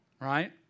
right